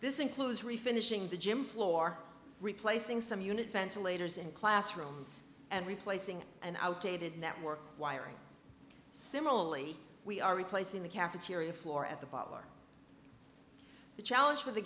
this includes refinishing the gym floor replacing some unit ventilators and classrooms and replacing an outdated network wiring similarly we are replacing the cafeteria floor at the bottom or the challenge